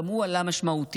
גם הוא עלה משמעותית.